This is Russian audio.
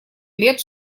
лет